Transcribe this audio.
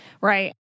Right